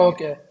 Okay